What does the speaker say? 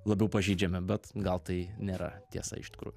labiau pažeidžiami bet gal tai nėra tiesa iš tikrųjų